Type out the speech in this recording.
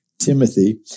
Timothy